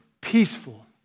peaceful